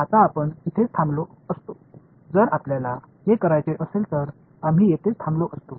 आता आपण इथेच थांबलो असतो जर आपल्याला हे करायचे असेल तर आम्ही येथेच थांबलो असतो